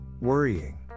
Worrying